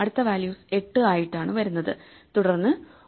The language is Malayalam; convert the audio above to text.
അടുത്ത വാല്യൂസ് 8 ആയിട്ടാണ് വരുന്നത് തുടർന്ന് 9